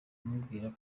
kumubwira